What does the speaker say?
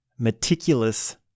meticulous